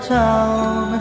town